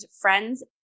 friends